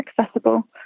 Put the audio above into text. accessible